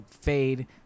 fade